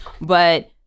but-